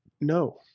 No